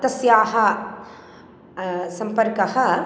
तस्याः सम्पर्कः